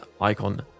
icon